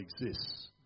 exists